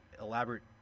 elaborate